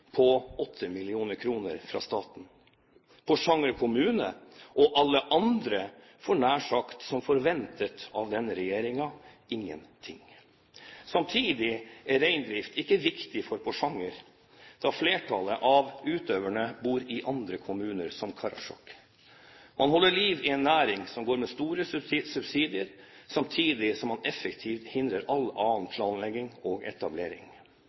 på 8 mill. kr fra staten. Porsanger kommune og alle andre får nær sagt som forventet av denne regjeringen, ingenting. Samtidig er reindrift ikke viktig for Porsanger, da flertallet av utøverne bor i andre kommuner, som f.eks. Karasjok. Man holder liv i en næring som får store subsidier, samtidig som man effektivt hindrer all annen planlegging og etablering.